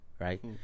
right